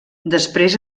després